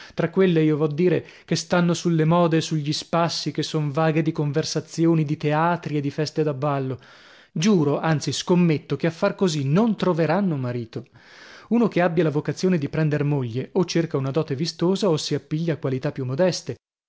tra quelle io vo dire che stanno sulle mode e sugli spassi che son vaghe di conversazioni di teatri e di feste da ballo giuro anzi scommetto che a far così non troveranno marito uno che abbia la vocazione di prender moglie o cerca una dote vistosa o si appiglia a qualità più modeste